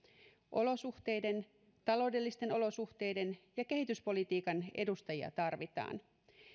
ulkosuhteiden taloudellisten ulkosuhteiden ja kehityspolitiikan edustajia tarvitaan